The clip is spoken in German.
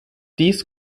dies